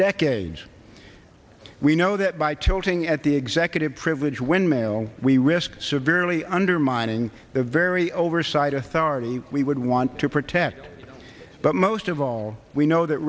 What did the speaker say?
decades we know that by talking at the executive privilege when mail we risk severely undermining the very oversight authority we would want to protect but most of all we know that